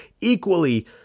equally